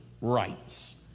rights